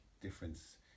difference